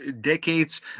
decades